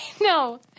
no